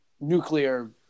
nuclear